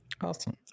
Awesome